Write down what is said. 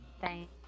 Thank